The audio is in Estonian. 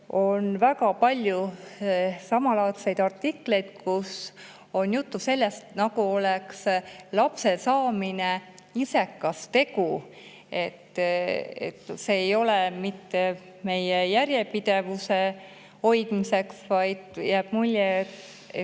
on väga palju samalaadseid artikleid, kus on juttu sellest, nagu oleks lapse saamine isekas tegu. See ei ole mitte meie järjepidevuse hoidmiseks, vaid jääb mulje,